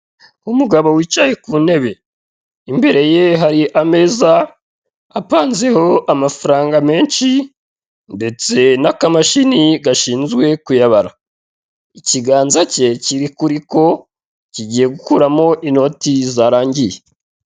Umugabo wicaye ku ntebe, imbere ye hari ameza apanzeho amafaranga menshi ndetse n'akamashini gashinzwe kuyabara. Ikiganza cye kiri kuri ko kigiye gukuraho inoti zarangiye.